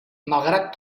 malgrat